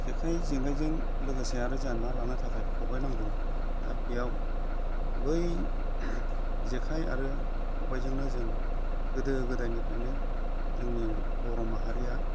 जेखाइ जेंगाइजों लोगोसे आरो जोंहा ना लानो थाखाय खबाइ नांगौ दा बेयाव बै जेखाइ आरो खबाइजोंनो जों गोदो गोदायनिफ्रायनो जोंनि बर' माहारिया